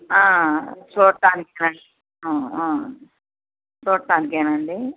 చూడటానికే అండి చూడటానికే అండి